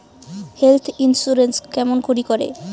Health insurance কেমন করি করে?